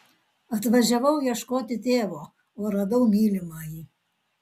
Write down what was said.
atvažiavau ieškoti tėvo o radau mylimąjį